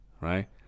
right